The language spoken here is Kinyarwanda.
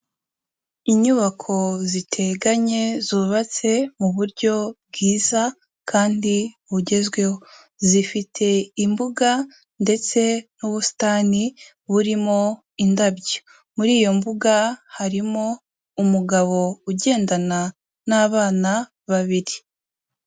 Inyubako ziteganye zubatse mu buryo bwiza kandi bugezweho, zifite imbuga ndetse n'ubusitani burimo indabyo, muri iyo mbuga harimo umugabo ugendana n'abana babiri.